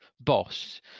boss